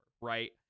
Right